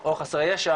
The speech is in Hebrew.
או חסרי ישע